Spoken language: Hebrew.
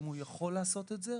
האם הוא יכול לעשות את זה?